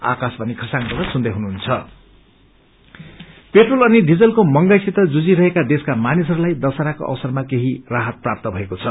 oil price petrol अनिडिजलको महंगाई सित जुझिरहेका देशका मानिसहरूलाई दशहराको अवसरमा केही राहत प्राप्त भएको छ